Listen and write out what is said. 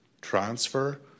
transfer